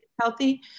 healthy